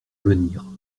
venir